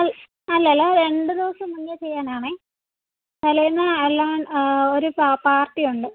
അത് അല്ല അല്ല രണ്ട് ദിവസം മുന്നേ ചെയ്യാനാണേ തലേന്ന് അല്ല ഒരു പാ പാർട്ടി ഉണ്ട്